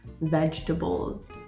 vegetables